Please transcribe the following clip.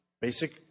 basic